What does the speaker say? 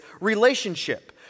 relationship